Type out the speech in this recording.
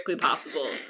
possible